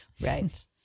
Right